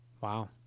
Wow